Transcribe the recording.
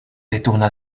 détourna